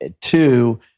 two